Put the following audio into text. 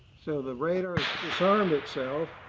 so, the radar disarmed itself.